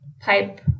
pipe